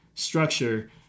Structure